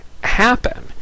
happen